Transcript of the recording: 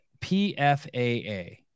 PFAA